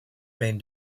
been